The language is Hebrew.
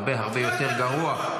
והרבה הרבה יותר גרוע -- הרבה יותר גרוע.